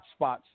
hotspots